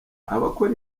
abakora